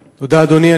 תודה, אדוני.